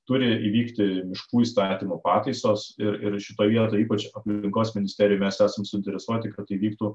turi įvykti miškų įstatymo pataisos ir ir šitoj vietoj ypač aplinkos ministerijoj mes esam suinteresuoti kad įvyktų